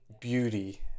beauty